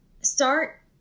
start